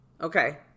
Okay